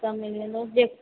सभु मिली वेंदव जे